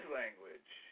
language